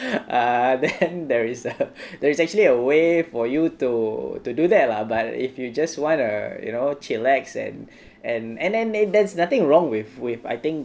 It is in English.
uh then there is there is actually a way for you to to do that lah but if you just wanna you know chillax and and and then that that's nothing wrong with with I think